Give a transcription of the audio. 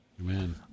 Amen